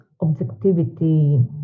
objectivity